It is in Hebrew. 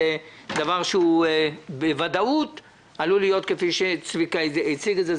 דבר שבוודאות עלול להיות כפי שצביקה כהן הציג את זה,